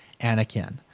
Anakin